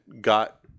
got